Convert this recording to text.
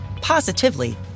positively